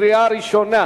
קריאה ראשונה,